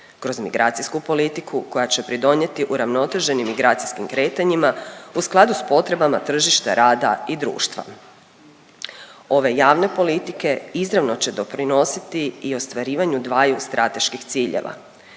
kroz migracijsku politiku koja će pridonijeti uravnoteženim migracijskim kretanjima u skladu s potrebama tržišta rada i društva. Ove javne politike izravno će doprinositi i ostvarivanju dvaju strateških ciljeva.